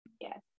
yes